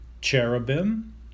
cherubim